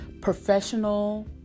professional